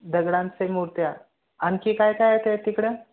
दगडांचे मूर्त्या आणखी काय काय आहे ते तिकडे